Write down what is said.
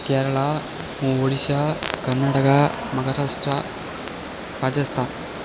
Karnataka Odisha Karnataka Maharashtra Rajasthan